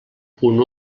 punt